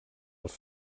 als